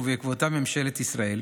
ובעקבותיו ממשלת ישראל,